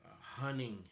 hunting